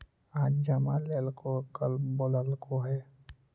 आज जमा लेलको कल बोलैलको हे?